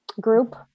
group